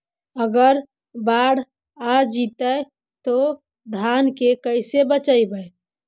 अगर बाढ़ आ जितै तो धान के कैसे बचइबै?